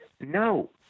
no